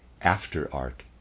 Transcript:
after-art